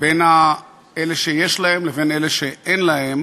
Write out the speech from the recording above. בין אלה שיש להם לבין אלה שאין להם,